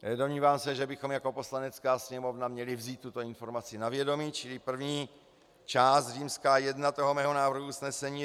Domnívám se, že bychom jako Poslanecká sněmovna měli vzít tuto informaci na vědomí, čili první část římská jedna toho mého návrhu usnesení je: